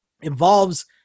involves